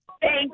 Thank